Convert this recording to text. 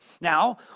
Now